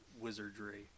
wizardry